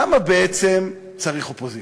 למה, בעצם, צריך אופוזיציה?